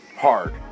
Hard